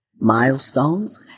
Milestones